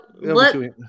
let